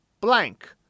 blank